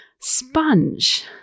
sponge